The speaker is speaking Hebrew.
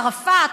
ערפאת,